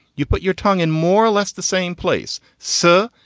you put your tongue in more or less the same place. sir,